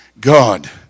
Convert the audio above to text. God